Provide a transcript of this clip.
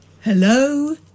Hello